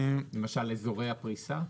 למשל אזורי הפריסה?